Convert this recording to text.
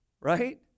right